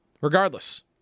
Regardless